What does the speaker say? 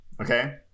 Okay